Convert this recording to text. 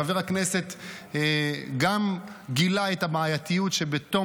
חבר הכנסת גם גילה את הבעייתיות שבתום